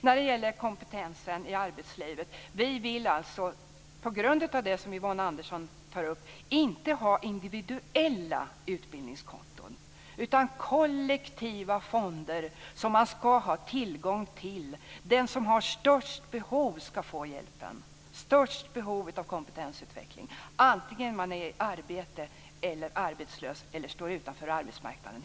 När det gäller kompetensen i arbetslivet vill jag säga att vi, på grund av det Yvonne Andersson tar upp, inte vill ha individuella utbildningskonton utan kollektiva fonder som man skall ha tillgång till. Den som har störst behov av kompetensutveckling skall få hjälpen, oavsett om han eller hon är i arbete, arbetslös eller står helt utanför arbetsmarknaden.